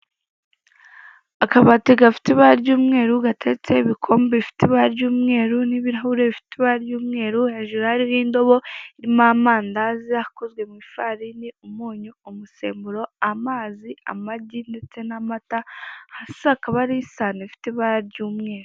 Akabati gafite ibara ry'umweru gateretseho ibikombe bifite ibara ry'umweru, n'ibirahure bifite ibara ry'umweru hejuru hariho indobo irimo amandazi akozwe mu ifarini, umunyu, umusemburo, amazi amagi ndetse n'amata, hasi hakaba hariho isahani rifite ibara ry'umweru.